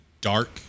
dark